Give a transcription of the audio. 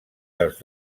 dels